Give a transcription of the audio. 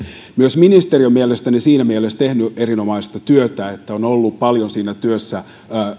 myös ministeri on mielestäni siinä mielessä tehnyt erinomaista työtä että siinä työssä on ollut paljon